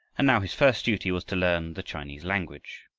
and now his first duty was to learn the chinese language.